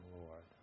Lord